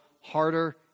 harder